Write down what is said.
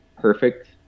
perfect